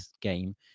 game